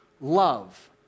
Love